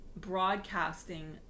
broadcasting